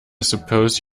suppose